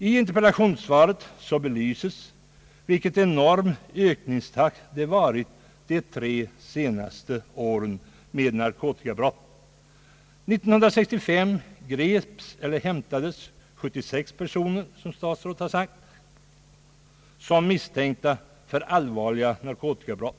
I interpellationssvaret belyses vilken enorm JöÖkningstakt narkotikabrotten har haft under de senaste tre åren. År 1965 greps eller hämtades 76 personer — som statsrådet har sagt — såsom misstänkta för allvarliga narkotikabrott.